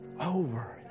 Over